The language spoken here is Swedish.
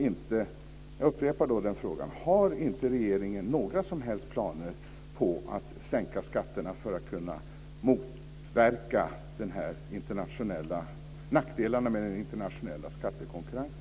Jag upprepar frågan: Har inte regeringen några som helst planer på att sänka skatterna för att kunna motverka nackdelarna med den internationella skattekonkurrensen?